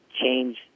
change